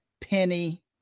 Penny